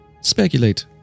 speculate